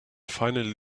finally